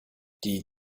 die